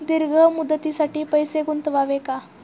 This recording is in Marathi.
दीर्घ मुदतीसाठी पैसे गुंतवावे का?